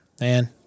Man